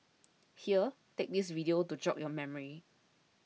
here take this video to jog your memory